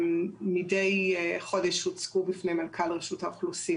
מדי חודש הוצגו בפני מנכ"ל רשות האוכלוסין